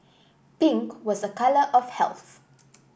pink was a colour of health